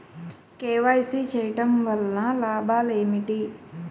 KYC చేయటం వలన లాభాలు ఏమిటి?